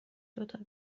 دوتا